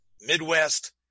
Midwest